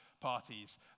parties